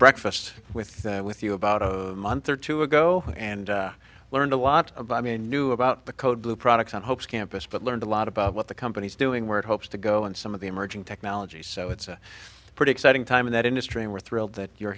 breakfast with that with you about a month or two ago and learned a lot about me knew about the code blue products on hopes campus but learned a lot about what the company is doing where it hopes to go and some of the emerging technology so it's a pretty exciting time in that industry and we're thrilled that you're